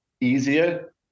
easier